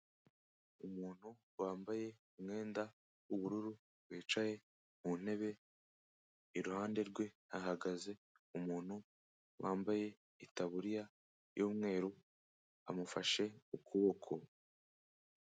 Umuntu wambaye umwenda w'ubururu, wicaye mu ntebe, iruhande rwe hahagaze umuntu wambaye itaburiya y'umweru, amufashe ukuboko.